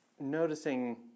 noticing